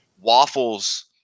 Waffles